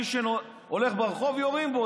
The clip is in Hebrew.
מ-19:00, מי שהולך ברחוב, יורים בו.